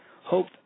Hope